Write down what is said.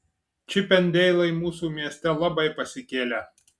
čipendeilai mūsų mieste labai pasikėlę